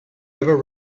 ever